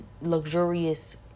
luxurious